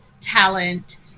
talent